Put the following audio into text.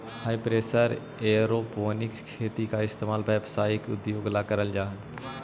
हाई pressure aeroponic खेती का इस्तेमाल व्यावसायिक उद्देश्य ला करल जा हई